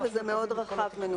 וזה מנוסח מאוד רחב.